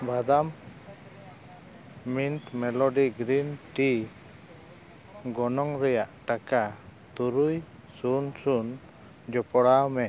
ᱵᱟᱫᱟᱢ mint melody green tea ᱜᱚᱱᱚᱝ ᱨᱮᱭᱟᱜ ᱴᱟᱠᱟ ᱛᱩᱨᱩᱭ ᱥᱩᱱ ᱥᱩᱱ ᱡᱚᱯᱚᱲᱟᱣ ᱢᱮ